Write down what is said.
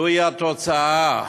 זוהי התוצאה.